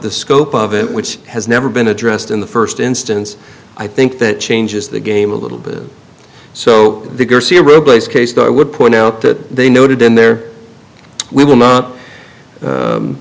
the scope of it which has never been addressed in the first instance i think that changes the game a little bit so the case that i would point out that they noted in there we will not